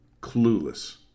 clueless